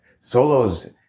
solos